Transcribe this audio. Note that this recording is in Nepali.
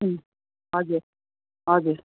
हजुर हजुर